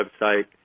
website